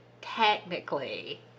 technically